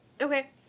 Okay